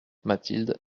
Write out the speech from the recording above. mathilde